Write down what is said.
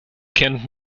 kent